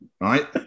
right